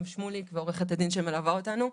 גם שמוליק ועורכת הדין שמלווה אותנו.